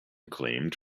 claimed